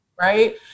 Right